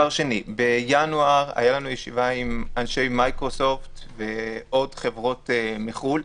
בינואר היתה לנו ישיבה עם אנשי מיקרוסופט ועוד חברות מחו"ל.